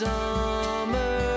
Summer